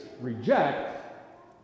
reject